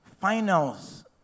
finals